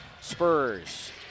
Spurs